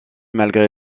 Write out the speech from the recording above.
malgré